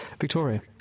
Victoria